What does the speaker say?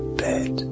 bed